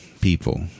people